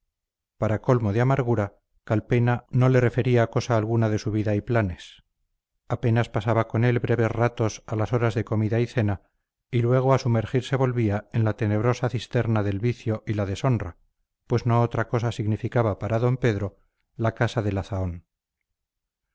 para colmo de amargura calpena no le refería cosa alguna de su vida y planes apenas pasaba con él breves ratos a las horas de comida y cena y luego a sumergirse volvía en la tenebrosa cisterna del vicio y la deshonra pues no otra cosa significaba para d pedro la casa de